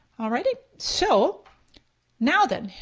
alrighty, so now then,